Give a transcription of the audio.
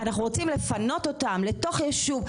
"אנחנו רוצים לפנות אותם לתוך יישוב",